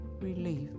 Relief